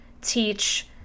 teach